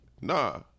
Nah